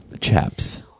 Chaps